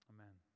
Amen